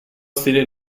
stile